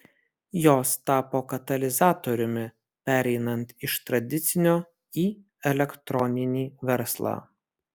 jos tapo katalizatoriumi pereinant iš tradicinio į elektroninį verslą